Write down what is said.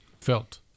felt